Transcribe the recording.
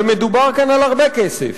ומדובר כאן על הרבה כסף.